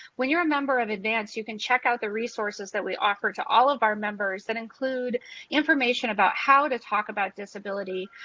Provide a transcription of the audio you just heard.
when you are a member of advance you can check out the resources that we offer to all of our members that include information about how to talk about disability.